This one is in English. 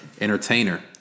entertainer